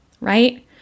right